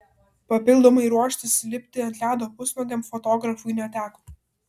papildomai ruoštis lipti ant ledo pusnuogiam fotografui neteko